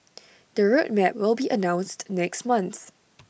the road map will be announced next month